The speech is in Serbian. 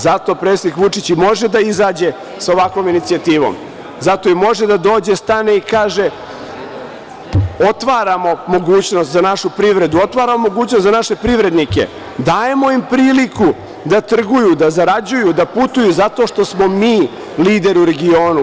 Zato predsednik Vučić može da izađe sa ovakvom inicijativom, zato može da dođe, stane i kaže – otvaramo mogućnost za našu privredu, otvaramo mogućnost za naše privrednike, dajemo im priliku da trguju, da zarađuju, da putuju, zato što smo mi lideri u regionu.